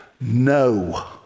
No